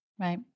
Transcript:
Right